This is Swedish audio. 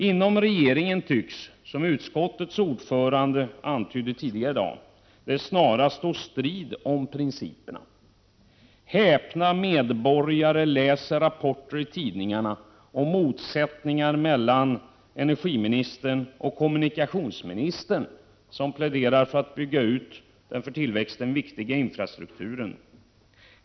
Inom regeringen tycks det, som utskottets ordförande antydde tidigare i dag, snarare stå strid om principerna. Häpna medborgare läser rapporter i tidningarna om motsättningar mellan energiministern och kommunikationsministern, som pläderar för att bygga ut den för tillväxten viktiga infrastrukturen.